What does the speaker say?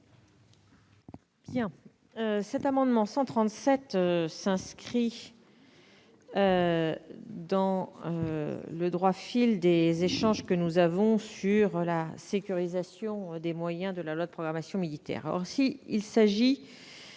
Cet amendement s'inscrit dans le droit fil de nos échanges sur la sécurisation des moyens de la loi de programmation militaire.